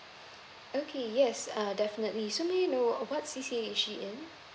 okay yes err definitely so may I know uh what C_C_A is she in